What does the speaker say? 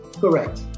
Correct